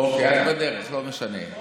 לא משנה.